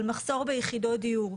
על מחסור ביחידות דיור.